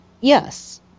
Yes